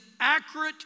accurate